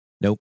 Nope